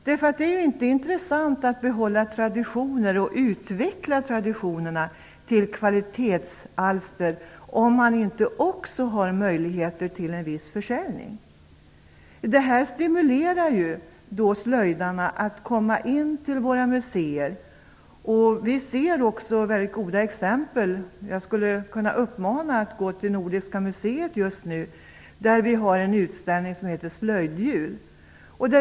Det är ju inte intressant att behålla traditioner och att utveckla traditionerna till kvalitetsalster om det inte också finns möjligheter till en viss försäljning. Detta stimulerar slöjdarna att komma in till våra museer. Vi ser väldigt många goda exempel. Jag skulle kunna uppmana till besök på Nordiska museet, där vi just nu har en utställning som heter Slöjdjul.